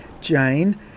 Jane